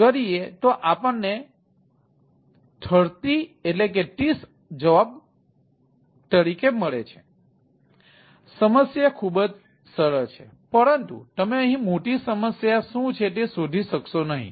તેથી સમસ્યા ખૂબ જ સરળ છે પરંતુ તમે અહીં મોટી સમસ્યા શું છે તે શોધી શકશો નહીં